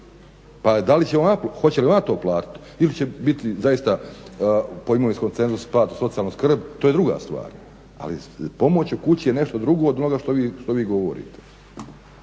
Pa da li će, hoće li ona to platiti ili će biti zaista po imovinskom cenzusu, platiti socijalna skrb, to je druga stvar. Ali pomoć u kući je nešto drugo od onoga što vi govorite.